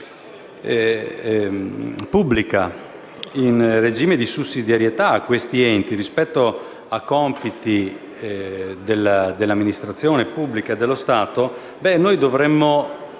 pubblica, in regime di sussidiarietà, a questi enti rispetto a compiti dell'amministrazione pubblica dello Stato, dovremmo